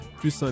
plus